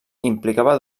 implicava